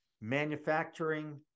manufacturing